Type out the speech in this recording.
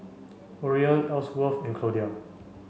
Orion Elsworth and Claudia